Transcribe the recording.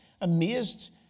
Amazed